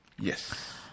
Yes